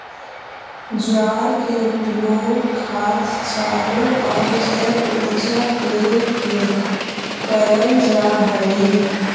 ज्वार के उपयोग खाद्य चारों आउ जैव ऊर्जा के रूप में कयल जा हई